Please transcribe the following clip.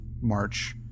March